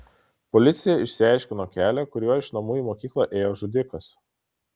policija išsiaiškino kelią kuriuo iš namų į mokyklą ėjo žudikas